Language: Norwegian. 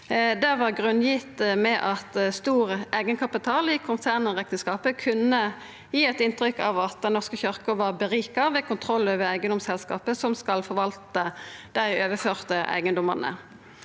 Det var grunngitt med at stor eigenkapital i konsernrekneskapen kunne gi eit inntrykk av at Den norske kyrkja var berika ved kontroll over eigedomsselskapet som skal forvalta dei overførte eigedomane.